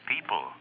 people